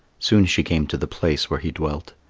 soon she came to the place where he dwelt.